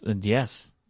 yes